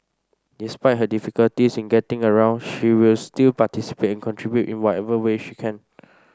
despite her difficulties in getting around she will still participate and contribute in whatever way she can